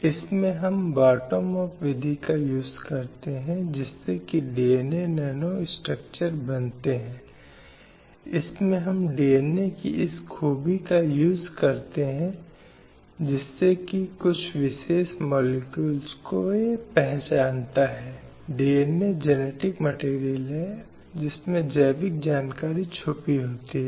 " इसलिए यह एक बहुत उपयुक्त और उपयुक्त परिभाषा है जिसमें विभिन्न प्रकार की हिंसा शामिल है जो एक महिला का सामना करती है चाहे वह घरों के भीतर हो या बाहर यह सुनता है कि हिंसा शब्द को लिंग आधारित हिंसा के संदर्भ में संदर्भित किया गया है इसलिए विशेष रूप से इस प्रकार की गतिविधियाँ हिंसक गतिविधियाँ जो महिलाओं के लिए लक्षित होती हैं